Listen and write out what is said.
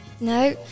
No